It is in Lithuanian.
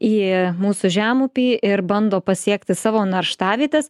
į mūsų žemupį ir bando pasiekti savo narštavietes